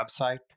website